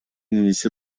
иниси